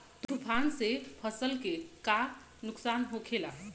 तूफान से फसल के का नुकसान हो खेला?